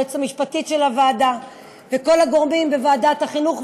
היועצת המשפטית של הוועדה וכל הגורמים בוועדת החינוך,